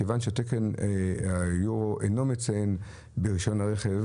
מכיוון שהתקן אינו מציין ברישיון הרכב